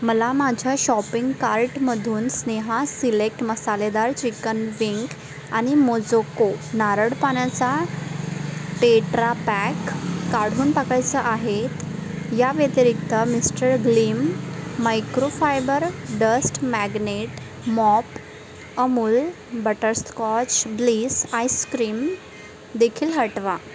मला माझ्या शॉपिंग कार्टमधून स्नेहा सिलेक्ट मसालेदार चिकन विंक आणि मोजोको नारळ पाण्याचा टेट्रापॅक काढून टाकायचं आहेत या व्यतिरिक्त mister Gleam microfiber dust magnet mop Amul butterscotch bliss ice cream देखील हटवा